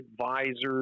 advisors